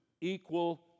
equal